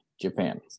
Japan